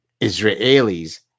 Israelis